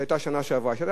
שזה היה משהו מחולל,